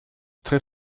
très